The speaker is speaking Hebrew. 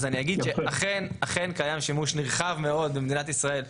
אז אני אגיד שאכן קיים שימוש נרחב מאוד במדינת ישראל בסמים,